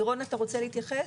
לירון, רוצה להתייחס?